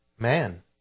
man